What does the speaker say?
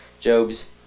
Job's